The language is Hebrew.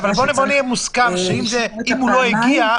שיהיה מוסכם שאם הוא לא הגיע,